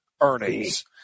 earnings